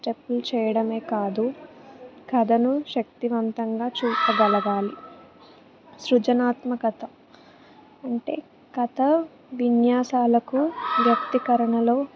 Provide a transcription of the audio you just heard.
స్టెప్పులు చేయడమే కాదు కథను శక్తివంతంగా చూపగలగాలి సృజనాత్మకత అంటే కథ విన్యాసాలకు వ్యక్తికరణలో